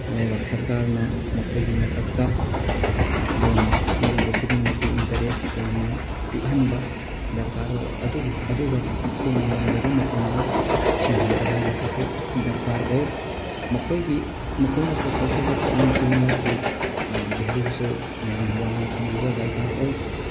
ꯂꯩꯕꯥꯛ ꯁꯔꯀꯥꯔꯅ ꯃꯈꯣꯏꯒꯤ ꯃꯊꯛꯇ ꯂꯣꯟ ꯄꯤꯔꯤꯕ ꯈꯨꯗꯤꯡꯃꯛꯀꯤ ꯏꯟꯇꯔꯦꯁ ꯌꯥꯝꯅ ꯄꯤꯛꯍꯟꯕ ꯗꯔꯀꯥꯔ ꯑꯣꯏ ꯑꯗꯨꯕꯨ ꯑꯗꯨꯒ ꯃꯈꯣꯏꯅ ꯉꯝꯖꯕ ꯃꯇꯝꯗ ꯁꯤꯡꯍꯟꯕ ꯍꯥꯏꯕꯁꯤꯁꯨ ꯗꯔꯀꯥꯔ ꯑꯣꯏ ꯃꯈꯣꯏꯒꯤ ꯃꯈꯣꯏꯅ ꯄꯨꯊꯣꯛꯆꯕ ꯄꯣꯠꯂꯝ ꯈꯨꯗꯤꯡꯃꯛꯀꯤ ꯚꯦꯂꯨꯁꯨ ꯌꯥꯝꯅ ꯋꯥꯡꯅ ꯊꯝꯕꯤꯕ ꯗꯔꯀꯥꯔ ꯑꯣꯏ